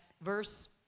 verse